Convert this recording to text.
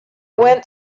went